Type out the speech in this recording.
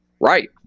Right